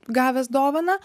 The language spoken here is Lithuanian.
gavęs dovaną